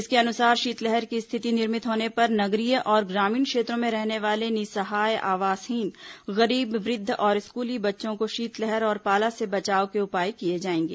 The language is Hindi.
इसके अनुसार शीतलहर की स्थिति निर्मित होने पर नगरीय और ग्रामीण क्षेत्रों में रहने वाले निसहाय आवासहीन गरीब वृद्ध और स्कूली बच्चों को शीतलहर और पाला से बचाव के उपाय किए जाएंगे